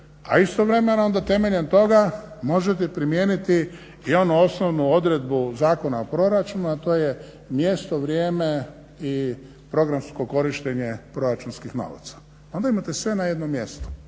a istovremeno onda temeljem toga možete primijeniti i onu osnovnu odredbu Zakona o proračunu, a to je mjesto, vrijeme i programsko korištenje proračunskih novaca. Onda imate sve na jednom mjestu,